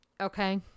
Okay